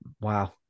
wow